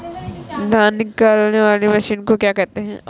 धान निकालने वाली मशीन को क्या कहते हैं?